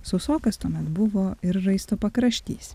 sausokas tuomet buvo ir raisto pakraštys